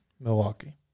Milwaukee